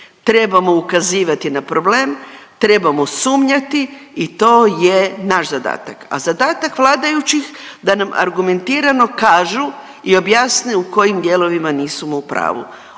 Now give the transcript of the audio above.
trebamo ukazivati na problem, trebamo sumnjati i to je naš zadatak, a zadatak vladajućih da nam argumentirano kažu i objasne u kojim dijelovima nismo u pravu.